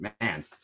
man